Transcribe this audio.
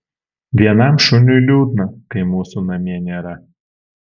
vienam šuniui liūdna kai mūsų namie nėra